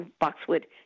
boxwood